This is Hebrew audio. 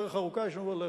עוד דרך ארוכה יש לנו ללכת.